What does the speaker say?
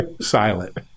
Silent